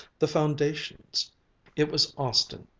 the foundations it was austin,